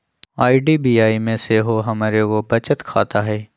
IDBI में सेहो हमर एगो बचत खता हइ